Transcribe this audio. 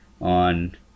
on